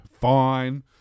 Fine